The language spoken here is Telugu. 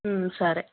సరే